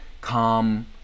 calm